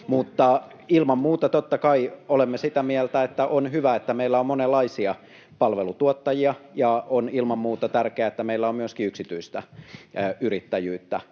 Mutta ilman muuta, totta kai olemme sitä mieltä, että on hyvä, että meillä on monenlaisia palvelutuottajia, ja on ilman muuta tärkeää, että meillä on myöskin yksityistä yrittäjyyttä,